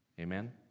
Amen